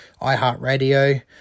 iHeartRadio